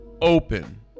open